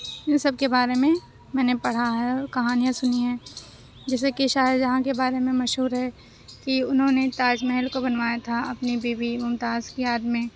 ان سب کے بارے میں میں نے پڑھا ہے اور کہانیاں سنی ہیں جیسے کہ شاہجہاں کے بارے میں مشہور ہے کہ انہوں نے تاج محل کو بنوایا تھا اپنی بی بی ممتاز کی یاد میں